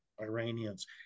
Iranians